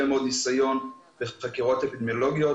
מאוד ניסיון בחקירות אפידמיולוגיות,